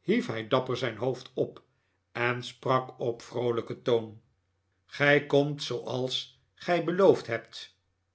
hief hij dapper zijn hoofd op en sprak op vroolijken toon gij komt zooals gij belpofd hebt